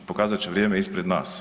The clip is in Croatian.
Pokazat će vrijeme ispred nas.